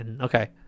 Okay